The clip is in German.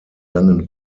langen